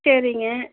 சரிங்க